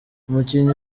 umukinnyi